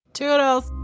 Toodles